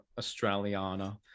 Australiana